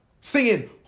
singing